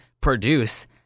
produce